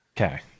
okay